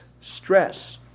stress